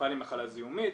מטופל עם מחלה זיהומית,